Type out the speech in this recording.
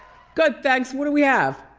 good thanks, what do we have?